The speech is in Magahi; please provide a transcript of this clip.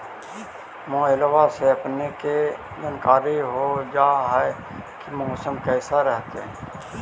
मोबाईलबा से अपने के जानकारी हो जा है की मौसमा कैसन रहतय?